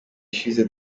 ishize